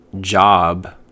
job